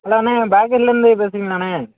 hello அண்ணே பேக்கரிலேர்ந்து பேசுகிறீங்களாண்ணே